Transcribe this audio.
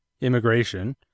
immigration